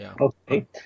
Okay